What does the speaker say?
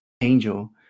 Angel